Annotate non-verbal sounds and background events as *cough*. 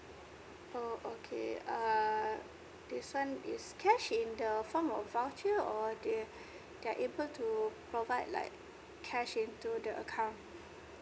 oh okay err this one is cash in the form of voucher or they *breath* they are able to provide like cash into the account